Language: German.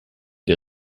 der